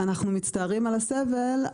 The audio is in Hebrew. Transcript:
אנחנו מצטערים על הסבל,